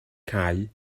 cau